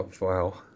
wow